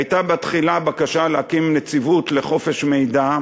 הייתה בתחילה בקשה להקים נציבות לחופש מידע,